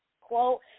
quote